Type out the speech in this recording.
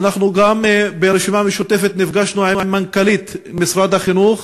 אנחנו ברשימה המשותפת נפגשנו עם מנכ"לית משרד החינוך